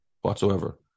whatsoever